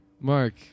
Mark